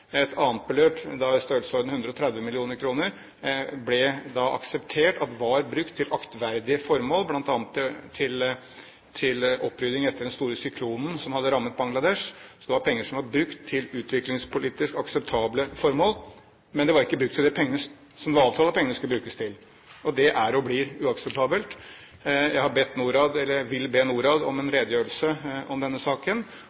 et annet beløp, da i størrelsesorden 130 mill. kr, var brukt til aktverdige formål, bl.a. til opprydding etter den store syklonen som hadde rammet Bangladesh. Det var altså penger som var brukt til utviklingspolitisk akseptable formål, men de var ikke brukt til det som det var avtalt at pengene skulle brukes til, og det er og blir uakseptabelt. Jeg vil be Norad om en redegjørelse om denne saken